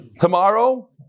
Tomorrow